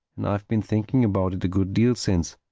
and i've been thinking about it a good deal since.